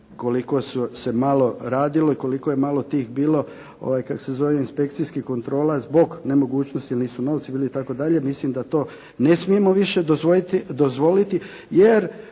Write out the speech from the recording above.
koliko se malo radilo i koliko je malo tih bilo inspekcijskih kontrola zbog nemogućnosti, jer nisu novci bili itd. Mislim da to ne smijemo više dozvoliti, jer